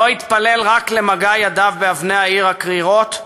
לא התפלל רק למגע ידיו באבני העיר הקרירות,